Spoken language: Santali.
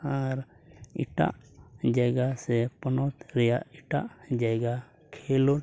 ᱟᱨ ᱮᱴᱟᱜ ᱡᱟᱭᱜᱟ ᱥᱮ ᱯᱚᱱᱚᱛ ᱨᱮᱭᱟᱜ ᱮᱴᱟᱜ ᱡᱟᱭᱜᱟ ᱠᱷᱮᱹᱞᱳᱰ